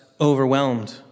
overwhelmed